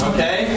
Okay